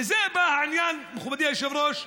מזה בא העניין, מכובדי היושב-ראש,